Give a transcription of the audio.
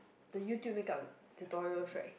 the YouTube makeup tutorial rights